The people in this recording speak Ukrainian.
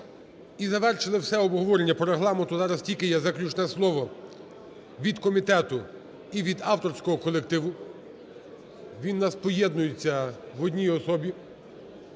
і завершили все обговорення. По Регламенту зараз тільки є заключне слово від комітету і від авторського колективу, він у нас поєднується в одній особі.